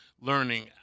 learning